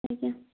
ଆଜ୍ଞା